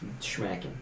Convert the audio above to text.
schmacking